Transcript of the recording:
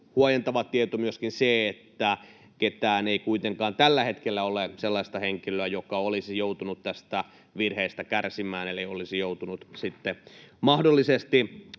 huojentava tieto myöskin se, että kuitenkaan tällä hetkellä ei ole ketään sellaista henkilöä, joka olisi joutunut tästä virheestä kärsimään eli olisi joutunut mahdollisesti